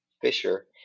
fisher